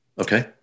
Okay